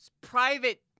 private